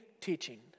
teaching